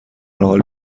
حال